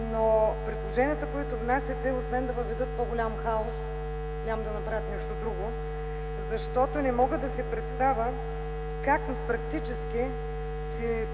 но предложенията, които внасяте, освен да въведат по-голям хаос, няма да направят нищо друго. Не мога да си представя как практически си